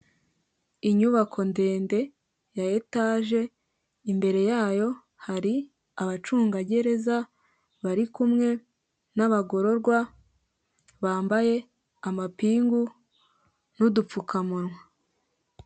Inyubako ndende ya etaje imbere yayo hari abacungagereza bari kumwe n'abagororwa, bambaye amapingu n'udupfukamunwa.